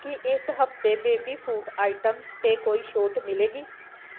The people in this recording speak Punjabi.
ਕੀ ਇਸ ਹਫ਼ਤੇ ਬੇਬੀ ਫੂਡ ਆਇਟਮਸ 'ਤੇ ਕੋਈ ਛੋਟ ਮਿਲੇਗੀ